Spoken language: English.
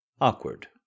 Awkward